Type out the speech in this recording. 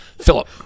Philip